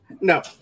no